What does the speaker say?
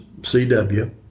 CW